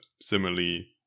similarly